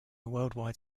worldwide